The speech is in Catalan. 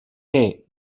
qui